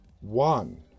One